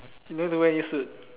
you don't need to wear any suit